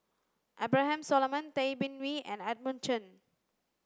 Abraham Solomon Tay Bin Wee and Edmund Chen